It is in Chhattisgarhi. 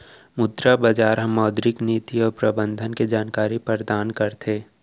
मुद्रा बजार ह मौद्रिक नीति अउ प्रबंधन के जानकारी परदान करथे